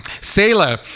sailor